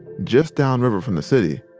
just downriver from the city,